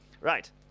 Right